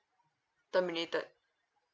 terminated